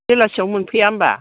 बेलासियाव मोनफैया होनबा